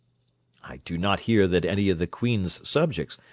i do not hear that any of the queen's subjects,